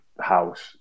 house